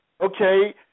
okay